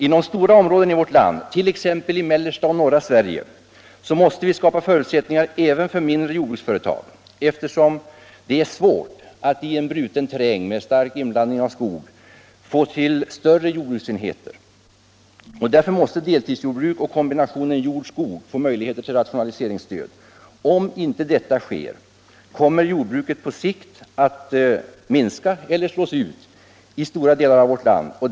Inom stora områden i vårt land, t.ex. i mellersta och norra Sverige, måste vi skapa förutsättningar även för mindre jordbruksföretag, eftersom det är svårt att i en bruten terräng med stark inblandning av skog skapa större jordbruksenheter. Därför måste deltidsjordbruk och kombinationen jord-skog få möjligheter till rationaliseringsstöd. Om inte detta sker kommer jordbruket på sikt att minska eller slås ut i stora delar av vårt land.